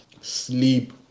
sleep